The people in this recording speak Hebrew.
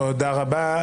תודה רבה.